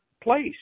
place